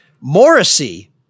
Morrissey